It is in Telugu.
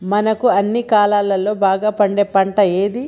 మనకు అన్ని కాలాల్లో బాగా పండే పంట ఏది?